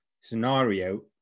scenario